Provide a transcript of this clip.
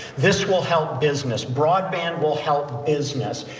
this will help business, broadband will help business,